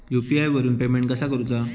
UPI वरून payment कसा करूचा?